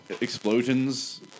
explosions